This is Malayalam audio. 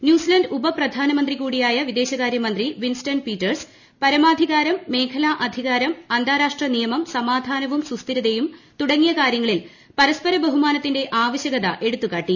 ന്യൂസിലന്റ് ഉപപ്രധാനമന്ത്രി കൂടിയായ വിദേശകാര്യമന്ത്രി വിൻസ്റ്റൺ പീറ്റേഴ്സ് പരമാധികാരം മേഖലാ അധികാരം അന്താരാഷ്ട്ര നിയമം സമാധാനവും സുസ്ഥിരതയും തുടങ്ങിയ കാര്യങ്ങളിൽ പരസ്പര ബഹുമാനത്തിന്റെ ആവശ്യകത എടുത്തുകാട്ടി